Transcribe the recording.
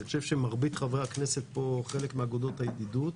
אני חושב שמרבית חברי הכנסת פה חלק מאגודות הידידות.